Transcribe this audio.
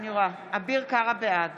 בעד